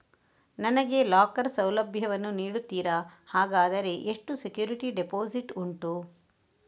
ನನಗೆ ಲಾಕರ್ ಸೌಲಭ್ಯ ವನ್ನು ನೀಡುತ್ತೀರಾ, ಹಾಗಾದರೆ ಎಷ್ಟು ಸೆಕ್ಯೂರಿಟಿ ಡೆಪೋಸಿಟ್ ಉಂಟು?